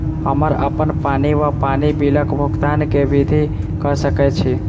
हम्मर अप्पन पानि वा पानि बिलक भुगतान केँ विधि कऽ सकय छी?